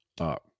up